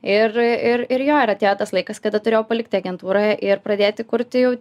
ir ir jo ir atėjo tas laikas kada turėjau palikti agentūrą ir pradėti kurti jau